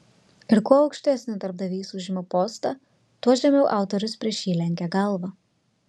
ir kuo aukštesnį darbdavys užima postą tuo žemiau autorius prieš jį lenkia galvą